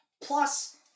Plus